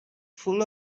full